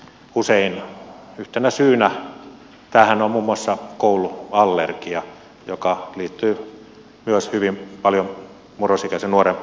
usein yhtenä syynä tähän on muun muassa kouluallergia joka liittyy myös hyvin paljon murrosikäisen nuoren elämänhallintaan